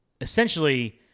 essentially